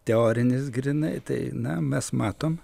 teorinis grynai tai na mes matom